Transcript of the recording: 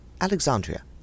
Alexandria